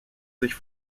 sich